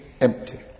empty